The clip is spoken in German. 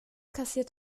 kassiert